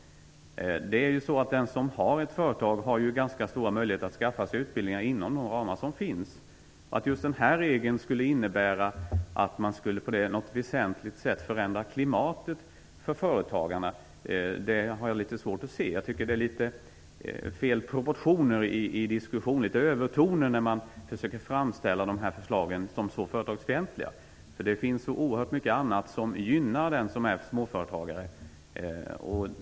Den som har ett företag har ganska stora möjligheter att skaffa sig en utbildning inom de ramar som finns. Att just den här regeln skulle innebära att man på något väsentligt sätt skulle förändra klimatet för företagarna har jag litet svårt att se. Jag tycker att det är fel proportioner i diskussionen, litet övertoner, när man försöker framställa förslagen som företagsfientliga. Det finns så oerhört mycket annat för gynnar dem som är småföretagare.